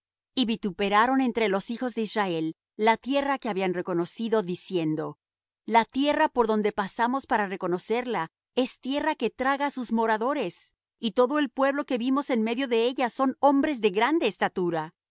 y vituperaron entre los hijos de israel la tierra que habían reconocido diciendo la tierra por donde pasamos para reconocerla es tierra que traga á sus moradores y todo el pueblo que vimos en medio de ella son hombres de grande estatura